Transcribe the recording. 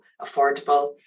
affordable